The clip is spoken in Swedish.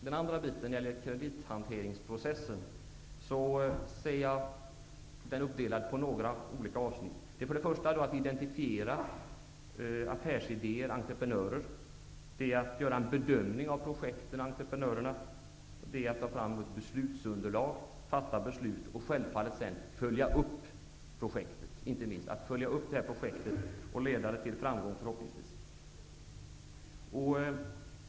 Den andra biten, kredithanteringsprocessen, ser jag uppdelad på några olika avsnitt. Först handlar det om att identifiera affärsidéer och entreprenörer, om att göra en bedömning av projekten och entreprenörerna och om att ta fram ett beslutsunderlag och fatta beslut. Självfallet gäller det sedan att också följa upp projektet och, förhoppningsvis, att leda det till framgång.